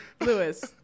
Lewis